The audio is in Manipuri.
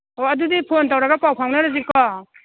ꯑꯣ ꯑꯗꯨꯗꯤ ꯐꯣꯟ ꯇꯧꯔꯒ ꯄꯥꯎ ꯐꯥꯎꯅꯔꯁꯤꯀꯣ